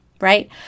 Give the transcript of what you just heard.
right